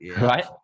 Right